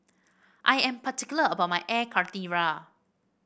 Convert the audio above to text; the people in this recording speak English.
I am particular about my Air Karthira